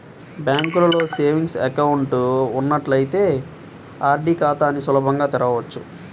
బ్యాంకులో savings account ఉన్నట్లయితే RD ఖాతాని సులభంగా తెరవచ్చు